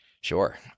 Sure